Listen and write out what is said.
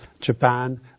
Japan